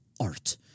art